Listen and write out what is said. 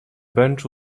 bench